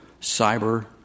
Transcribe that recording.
cyber